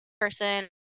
person